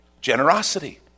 Generosity